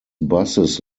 buses